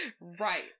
Right